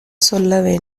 சொல்ல